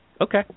Okay